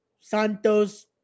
Santos